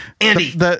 Andy